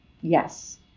Yes